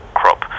crop